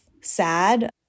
sad